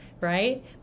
right